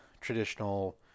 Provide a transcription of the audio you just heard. traditional